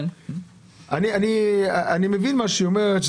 אני מבין מה שהיא אומרת,